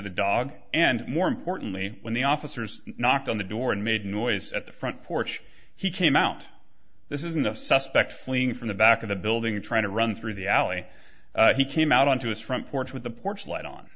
the dog and more importantly when the officers knocked on the door and made a noise at the front porch he came out this isn't the suspect fleeing from the back of the building trying to run through the alley he came out onto his front porch with the porch light on